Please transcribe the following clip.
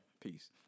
peace